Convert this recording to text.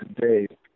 today